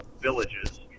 villages